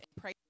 pray